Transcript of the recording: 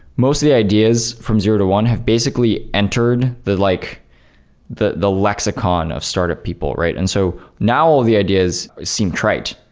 most of the ideas from zero to one have basically enter the like the lexicon of startup people, right? and so now, all the ideas seem trite.